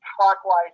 Clockwise